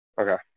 Okay